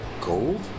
gold